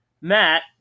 Matt